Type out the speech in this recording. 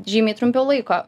žymiai trumpiau laiko